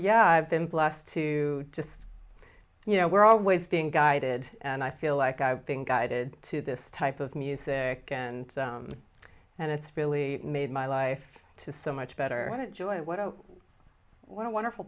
yeah i've been blessed to just you know we're always being guided and i feel like i've been guided to this type of music and and it's really made my life to so much better and it joy what a wonderful